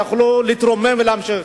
יוכלו להתרומם ולהמשיך,